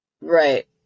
Right